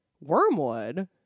wormwood